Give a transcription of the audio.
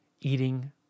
eating